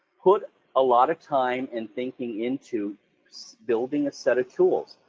put a lot of time and thinking into building a set of tools.